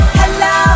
hello